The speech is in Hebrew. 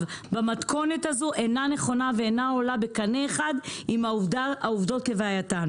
במתכונת הזו אינה נכונה ואינה עולה בקנה אחד עם העובדות כהווייתן.